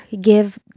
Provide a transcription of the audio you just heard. give